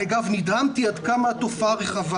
נדהמתי עד כמה התופעה רחבה